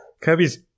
Kirby's